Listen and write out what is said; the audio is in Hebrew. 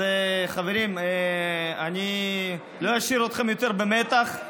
אז, חברים, אני לא אשאיר אתכם יותר במתח.